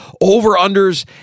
over-unders